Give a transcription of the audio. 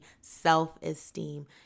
Self-esteem